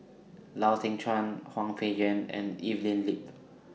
Lau Teng Chuan Hwang Peng Yuan and Evelyn Lip